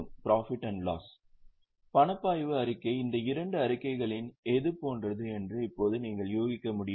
பணப்பாய்வு அறிக்கை இந்த இரண்டு அறிக்கைகளில் எது போன்றது என்று இப்போது நீங்கள் யூகிக்க முடியுமா